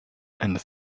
and